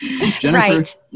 Jennifer